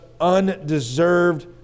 undeserved